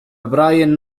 براين